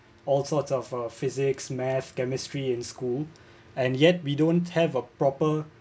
all sorts of uh physics maths chemistry in school and yet we don't have a proper